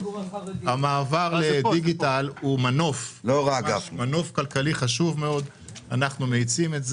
המעבר לדיגיטל הוא מנוף כלכלי חשוב מאוד שאנחנו מאיצים.